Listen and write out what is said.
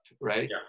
right